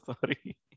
sorry